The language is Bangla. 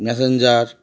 ম্যাসেঞ্জার